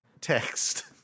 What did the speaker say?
text